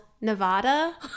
Nevada